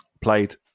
played